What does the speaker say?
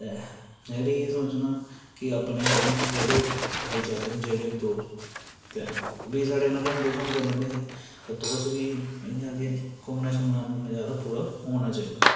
ते में बी इयै सोचना कि अपने भई जेह्ड़े भाईचारै न जेह्ड़े न दो ते ओह् बी साढ़े कन्नै घूमदे शूमदे रौंह्दे हे ते तुस बी इंया गै घूमने दा नजारा पूरा होना चाहिदा